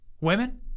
women